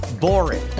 boring